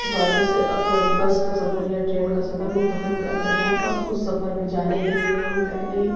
حفاظت سے اپنا بس کا سفر یا ٹرین کا سفر منتخب کرتے ہیں اور اس سفر پہ جانے کے لیے ہم پہلے